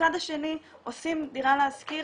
בצד השני עושים 'דירה להשכיר',